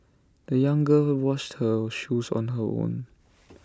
the young girl washed her shoes on her own